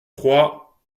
trois